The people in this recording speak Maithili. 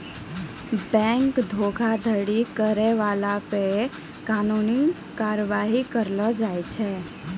बैंक धोखाधड़ी करै बाला पे कानूनी कारबाइ करलो जाय छै